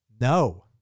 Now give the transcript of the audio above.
No